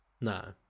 No